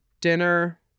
dinner